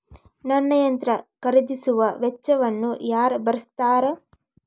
ನನ್ನ ಯಂತ್ರ ಖರೇದಿಸುವ ವೆಚ್ಚವನ್ನು ಯಾರ ಭರ್ಸತಾರ್?